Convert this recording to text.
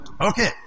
Okay